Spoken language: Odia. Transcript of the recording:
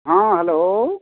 ହଁ ହ୍ୟାଲୋ